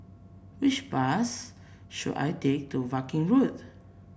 which bus should I take to Viking Road